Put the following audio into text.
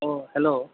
औ हेल'